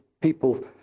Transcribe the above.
people